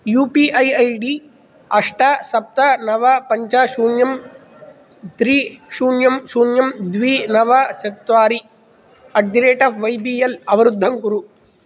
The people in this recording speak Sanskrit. यू पी ऐ ऐडी अष्ट सप्त नव पञ्च शून्यं त्रि शून्यं शून्यं द्वि नव चत्वारि at the rate of Y B L अवरुद्धं कुरु